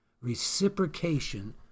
reciprocation